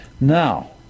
now